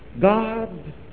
God